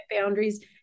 boundaries